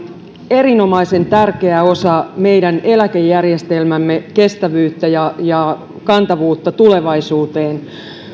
erinomaisen tärkeä osa meidän eläkejärjestelmämme kestävyyttä ja ja kantavuutta tulevaisuuteen